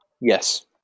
Yes